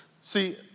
See